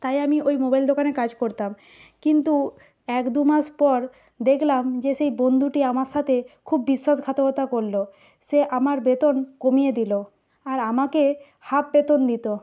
তাই আমি ওই মোবাইল দোকানে কাজ করতাম কিন্তু এক দুমাস পর দেখলাম যে সেই বন্ধুটি আমার সাথে খুব বিশ্বাসঘাতকতা করল সে আমার বেতন কমিয়ে দিল আর আমাকে হাফ বেতন দিত